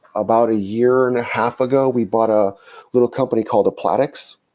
about a year and a half ago, we bought a little company called applatix.